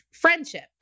friendship